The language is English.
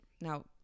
now